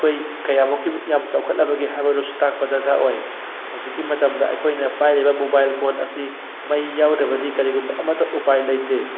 ꯑꯩꯈꯣꯏ ꯀꯌꯥꯃꯨꯛꯀꯤ ꯌꯥꯝ ꯆꯥꯎꯈꯠꯂꯕꯒꯦ ꯍꯥꯏꯕꯗꯨꯁꯨ ꯇꯥꯛꯄꯗ ꯗꯔꯀꯥꯔ ꯑꯣꯏ ꯍꯧꯖꯤꯛꯀꯤ ꯃꯇꯝꯗ ꯑꯩꯈꯣꯏꯅ ꯄꯥꯏꯔꯤꯕ ꯃꯣꯕꯥꯏꯜ ꯐꯣꯟ ꯑꯁꯤ ꯃꯩ ꯌꯥꯎꯗ꯭ꯔꯕꯗꯤ ꯀꯔꯤꯒꯨꯝꯕ ꯑꯃꯠꯇ ꯎꯄꯥꯏ ꯂꯩꯇꯦ